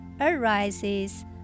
arises